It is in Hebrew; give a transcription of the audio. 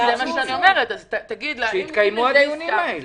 אז זה מה שאני אומרת -- שיתקיימו הדיונים האלה.